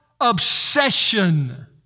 obsession